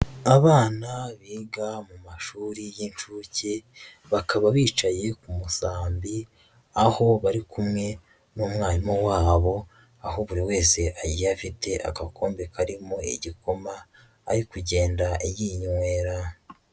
Abana biga mu mashuri y'inshuke bakaba bicaye ku musambi, aho bari kumwe n'umwarimu wabo, aho buri wese agiye afite agakombe karimo igikoma ari kugenda yinywera.